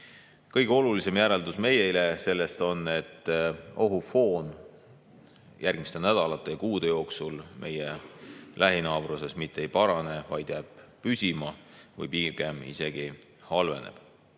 Kõige olulisem järeldus meile sellest on see: ohufoon järgmiste nädalate ja kuude jooksul meie lähinaabruses mitte ei parane, vaid jääb püsima või pigem isegi halveneb.